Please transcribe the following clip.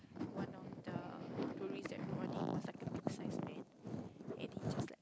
one of the tourist that was riding was like a big size man and he